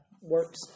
works